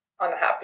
unhappy